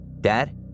Dad